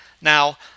Now